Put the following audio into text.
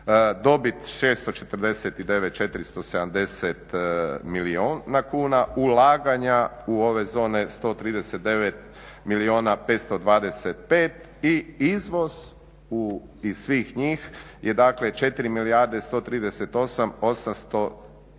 dobit 649 470 milijuna kuna, ulaganja u ove zone 139 milijuna 525 i izvoz iz svih njih je dakle 4